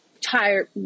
tired